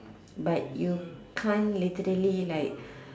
but you can't literally like